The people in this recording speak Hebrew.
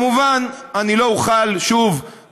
שוב,